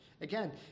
Again